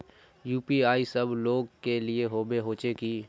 UPI सब लोग के लिए होबे होचे की?